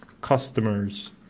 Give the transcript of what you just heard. customers